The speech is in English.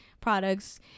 products